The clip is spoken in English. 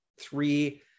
three